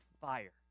fire